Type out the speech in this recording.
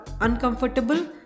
uncomfortable